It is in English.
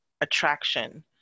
attraction